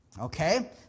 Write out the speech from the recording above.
Okay